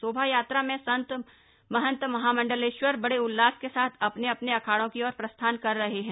शोभायात्रा में संत महंत महामंडलेश्वर बड़े उल्लास के साथ अपने अपने अखाड़ों की ओर प्रस्थान कर रहे हैं